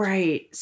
Right